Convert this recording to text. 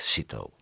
Sito